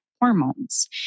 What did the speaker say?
hormones